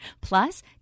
Plus